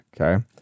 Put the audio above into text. okay